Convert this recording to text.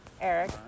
Eric